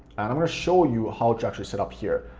and i'm gonna show you how to actually set up here.